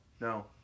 No